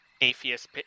atheist